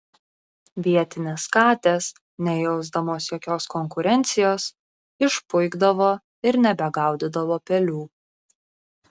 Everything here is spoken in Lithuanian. vietinės katės nejausdamos jokios konkurencijos išpuikdavo ir nebegaudydavo pelių